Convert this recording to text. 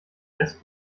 rest